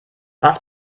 was